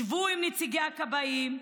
שבו עם נציגי הכבאים,